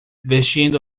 vestindo